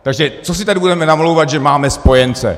Takže co si tady budeme namlouvat, že máme spojence.